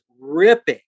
ripping